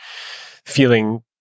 feeling